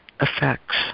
effects